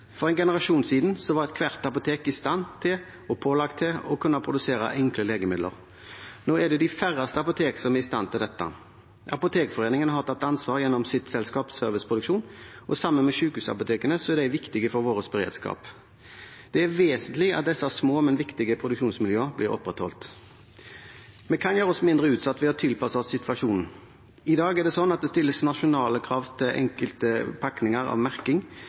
For en generasjon siden var ethvert apotek i stand til og pålagt å kunne produsere enkle legemidler. Nå er det de færreste apotek som er i stand til dette. Apotekforeningen har tatt ansvar gjennom sitt selskap Serviceproduksjon, og sammen med sykehusapotekene er de viktige for vår beredskap. Det er vesentlig at disse små, men viktige produksjonsmiljøene blir opprettholdt. Vi kan gjøre oss mindre utsatt ved å tilpasse oss situasjonen. I dag er det sånn at det stilles nasjonale krav til enkelte pakninger når det gjelder merking.